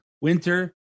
winter